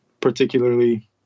particularly